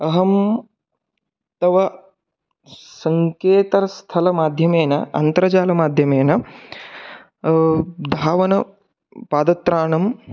अहं तव सङ्केतस्थलमाध्यमेन अन्तर्जालमाध्यमेन धावनपादत्राणं